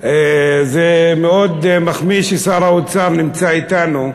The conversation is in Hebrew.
זה מאוד מחמיא ששר האוצר נמצא אתנו.